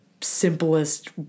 simplest